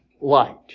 light